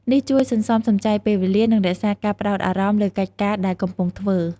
នេះជួយសន្សំសំចៃពេលវេលា និងរក្សាការផ្ដោតអារម្មណ៍លើកិច្ចការដែលកំពុងធ្វើ។